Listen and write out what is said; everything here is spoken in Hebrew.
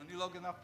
בבקשה.